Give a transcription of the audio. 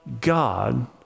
god